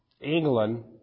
England